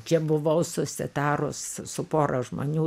čia buvau susitarus su pora žmonių